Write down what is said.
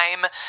time